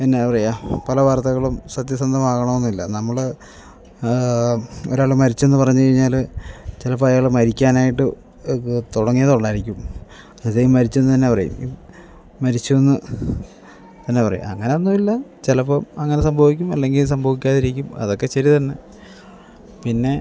എന്നാ പറയുക പല വാർത്തകളും സത്യസസന്ധമാകണമെന്നില്ല നമ്മൾ ഒരാൾ മരിച്ചെന്നു പറഞ്ഞ് കഴിഞ്ഞാൽ ചിലപ്പോൾ അയാൾ മരിക്കാനായിട്ട് അത് തുടങ്ങിയതെ ഉള്ളുവായിരിക്കും അത് മരിച്ചെന്നു തന്നെ പറയും മരിച്ചുയെന്നു തന്നെ പറയുക അങ്ങനെയൊന്നുമല്ല ചിലപ്പോൾ അങ്ങനെ സംഭവിക്കും അല്ലെങ്കിൽ സംഭവിക്കാതിരിക്കും അതൊക്കെ ശരിതന്നെ പിന്നെ